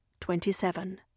Twenty-seven